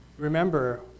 Remember